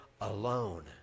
alone